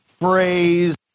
phrase